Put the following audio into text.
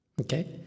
Okay